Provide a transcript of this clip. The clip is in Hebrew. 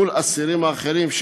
הטבות לעומת אסירים אחרים,